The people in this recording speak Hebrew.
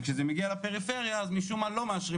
וכשהזה מגיע לפריפריה אז משום מה לא מאשרים